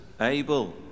Abel